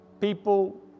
People